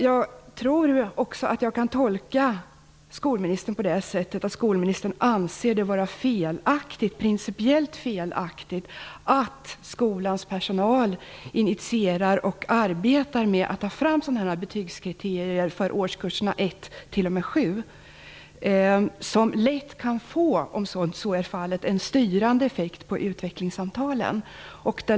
Jag tror att jag kan tolka skolministern som att hon anser det principiellt felaktigt att skolans personal arbetar med att ta fram betygskriterier för årskurserna 1-7. Om så är fallet kan detta lätt få en styrande effekt på utvecklingssamtalen.